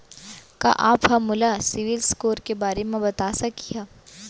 का आप हा मोला सिविल स्कोर के बारे मा बता सकिहा?